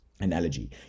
analogy